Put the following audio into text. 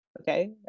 okay